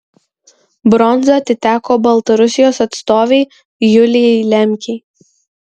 bronza atiteko baltarusijos atstovei julijai lemkei